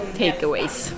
takeaways